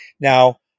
Now